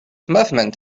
movement